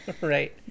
Right